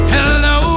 Hello